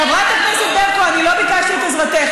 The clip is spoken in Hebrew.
חברת הכנסת ברקו, אני לא ביקשתי את עזרתך.